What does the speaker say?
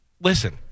listen